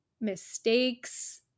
mistakes